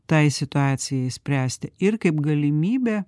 tai situacijai spręsti ir kaip galimybę